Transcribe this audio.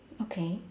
okay